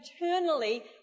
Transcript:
eternally